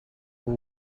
who